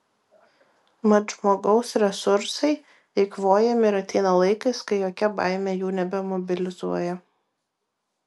mat žmogaus resursai eikvojami ir ateina laikas kai jokia baimė jų nebemobilizuoja